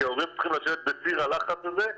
כי ההורים צריכים לשבת בסיר הלחץ הזה.